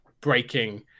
breaking